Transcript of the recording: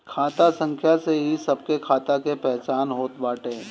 खाता संख्या से ही सबके खाता के पहचान होत बाटे